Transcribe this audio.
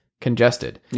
congested